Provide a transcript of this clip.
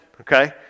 Okay